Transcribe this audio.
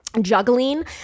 Juggling